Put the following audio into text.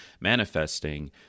manifesting